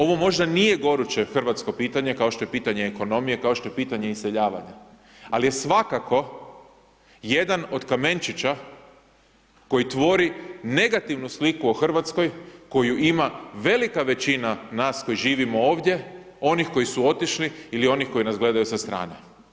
Ovo možda nije goruće hrvatsko pitanje, kao što je pitanje ekonomije, kao što je pitanje iseljavanja, al je svakako jedan od kamečića koji tvori negativnu sliku o RH koju ima velika većina nas koji živimo ovdje, onih koji su otišli ili onih koji nas gledaju sa strane.